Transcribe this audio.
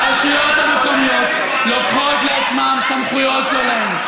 הרשויות המקומיות לוקחות לעצמן סמכויות לא להן.